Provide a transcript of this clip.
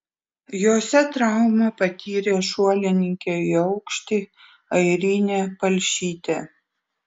jose traumą patyrė šuolininkė į aukštį airinė palšytė